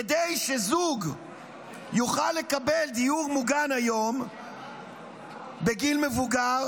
כדי שזוג יוכל לקבל דיור מוגן היום בגיל מבוגר,